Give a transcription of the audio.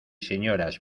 señoras